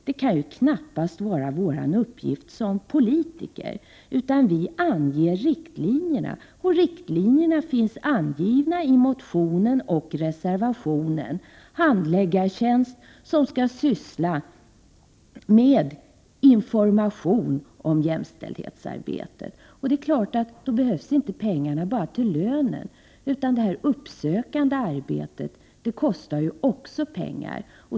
Det kan knappast vara vår uppgift som politiker, utan vi anger riktlinjerna. Dessa riktlinjer finns angivna i motionen och i reservationen: handläggartjänst med uppgift att bedriva information om jämställdhetsarbetet. Det är klart att pengarna inte bara behövs till lönen, utan det uppsökande arbetet kostar också pengar.